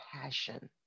passion